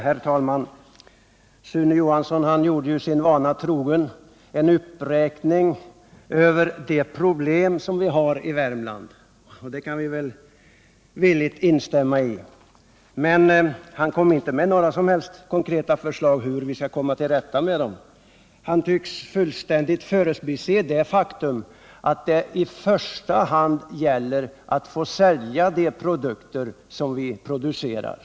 Herr talman! Sune Johansson gjorde sin vana trogen en uppräkning av de problem vi har i Värmland, och i det kan vi villigt instämma. Men han kom inte med något som helst konkret förslag på hur vi skall komma till rätta med dem. Han tycks fullständigt förbise det faktum att det i första hand gäller att kunna sälja de produkter som vi producerar.